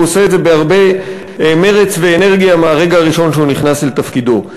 והוא עושה את זה בהרבה מרץ ואנרגיה מהרגע הראשון שהוא נכנס לתפקידו.